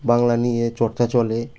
বাংলা নিয়ে চর্চা চলে